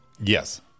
Yes